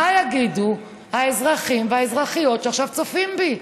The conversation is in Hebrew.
מה יגידו האזרחים והאזרחיות שעכשיו צופים בי?